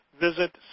Visit